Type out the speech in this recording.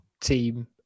team